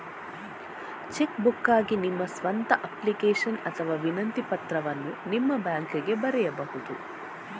check ಬುಕ್ಗಾಗಿ ನಿಮ್ಮ ಸ್ವಂತ ಅಪ್ಲಿಕೇಶನ್ ಅಥವಾ ವಿನಂತಿ ಪತ್ರವನ್ನು ನಿಮ್ಮ ಬ್ಯಾಂಕಿಗೆ ಬರೆಯಬಹುದು